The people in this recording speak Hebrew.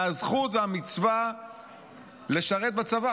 מהזכות והמצווה לשרת בצבא.